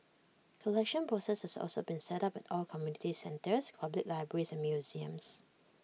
collection boxes have also been set up at all community centres public libraries and museums